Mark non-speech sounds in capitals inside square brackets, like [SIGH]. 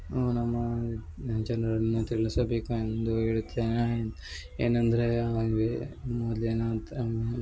ನಮ್ಮ [UNINTELLIGIBLE] ಜನರನ್ನು ತಿಳ್ಸಬೇಕಂದು ಹೇಳುತ್ತೇನೆ ಏನು ಅಂದರೆ ಹಾಗೆ ಮೊದ್ಲಿನ ಅತ್ತಾ